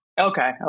Okay